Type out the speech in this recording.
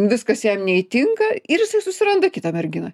viskas jam neįtinka ir jisai susiranda kitą merginą